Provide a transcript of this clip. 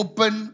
Open